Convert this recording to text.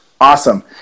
Awesome